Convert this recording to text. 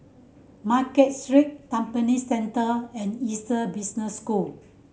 Market Street Tampine Central and Essec Business School